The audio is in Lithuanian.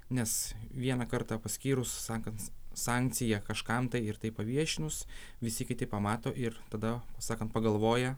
nes vieną kartą paskyrus sakant sankciją kažkam tai ir tai paviešinus visi kiti pamato ir tada sakant pagalvoja